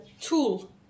tool